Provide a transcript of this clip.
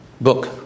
book